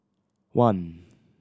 one